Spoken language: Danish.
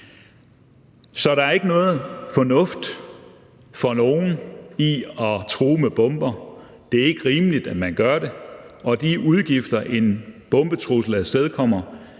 Så der er ikke nogen fornuft for nogen i at true med bomber; det er ikke rimeligt, at man gør det; og de udgifter, en bombetrussel afstedkommer,